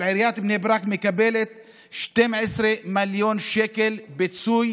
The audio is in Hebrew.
אבל עיריית בני ברק מקבלת 12 מיליון שקל פיצוי